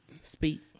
Speak